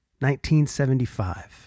1975